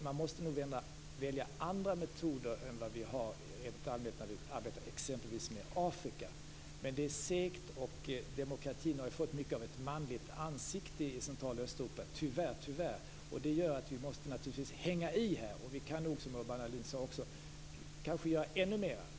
Man måste nog välja andra metoder än vad vi har rent allmänt när vi arbetar exempelvis med Afrika. Men det är segt, och demokratin har fått mycket av ett manligt ansikte i Central och Östeuropa - tyvärr. Det gör att vi naturligtvis måste hänga i, och vi kan nog, som Urban Ahlin sade, kanske göra ännu mer.